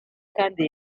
kandi